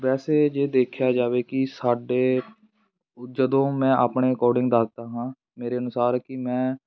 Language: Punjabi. ਵੈਸੇ ਜੇ ਦੇਖਿਆ ਜਾਵੇ ਕਿ ਸਾਡੇ ਜਦੋਂ ਮੈਂ ਆਪਣੇ ਅਕੋਡਿੰਗ ਦੱਸਦਾ ਹਾਂ ਮੇਰੇ ਅਨੁਸਾਰ ਕਿ ਮੈਂ